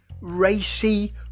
racy